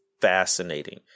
fascinating